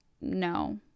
no